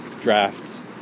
drafts